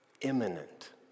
imminent